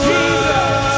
Jesus